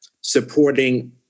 supporting